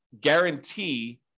guarantee